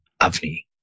Avni